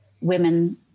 women